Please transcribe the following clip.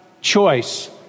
choice